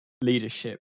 leadership